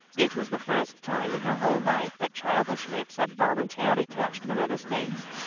it was the first time in her whole life that childish lips had voluntarily touched marilla's face.